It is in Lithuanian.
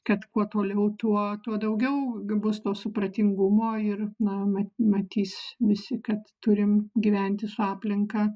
kad kuo toliau tuo tuo daugiau bus to supratingumo ir na ma matys visi kad turim gyventi su aplinka